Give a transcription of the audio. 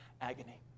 agony